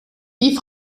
wie